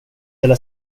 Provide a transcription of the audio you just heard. hela